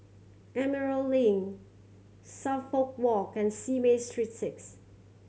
Emerald Link Suffolk Walk and Simei Street Six